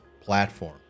platform